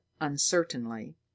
uncertainly